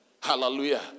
Hallelujah